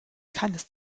keines